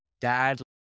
dad